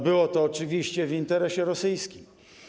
Było to oczywiście w interesie rosyjskim.